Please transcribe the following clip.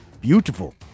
beautiful